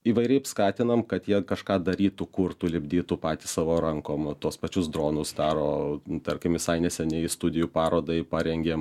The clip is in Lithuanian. įvairiai skatinam kad jie kažką darytų kurtų lipdytų patys savo rankom tuos pačius dronus daro tarkim visai neseniai studijų parodai parengėm